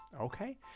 okay